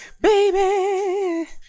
baby